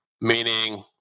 Meaning